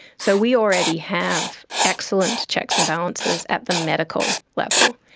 so we already have excellent checks and balances at the medical level,